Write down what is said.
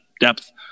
depth